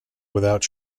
without